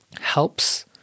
helps